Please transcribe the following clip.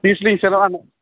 ᱛᱤᱥᱞᱤᱧ ᱥᱮᱱᱚᱜᱼᱟ